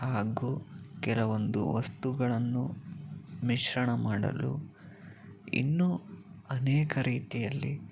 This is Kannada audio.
ಹಾಗೂ ಕೆಲವೊಂದು ವಸ್ತುಗಳನ್ನು ಮಿಶ್ರಣ ಮಾಡಲು ಇನ್ನೂ ಅನೇಕ ರೀತಿಯಲ್ಲಿ